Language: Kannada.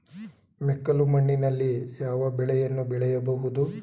ಮೆಕ್ಕಲು ಮಣ್ಣಿನಲ್ಲಿ ಯಾವ ಬೆಳೆಯನ್ನು ಬೆಳೆಯಬಹುದು?